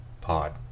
pod